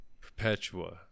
Perpetua